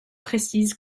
précisent